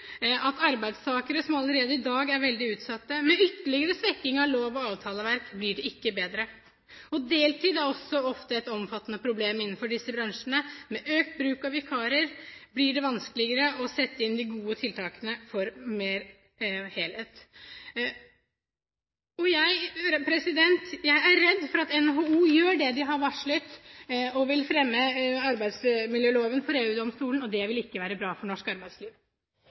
at for arbeidstakere som allerede i dag er veldig utsatt, blir det ikke bedre med ytterligere svekking av lov- og avtaleverk. Deltid er også ofte et omfattende problem innenfor disse bransjene. Med økt bruk av vikarer blir det vanskeligere å sette inn de gode tiltakene for mer helhet. Jeg er redd for at NHO gjør det de har varslet, og vil fremme arbeidsmiljøloven for EU-domstolen, og det vil ikke være bra for norsk arbeidsliv.